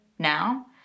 now